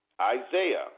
Isaiah